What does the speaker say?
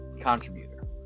contributor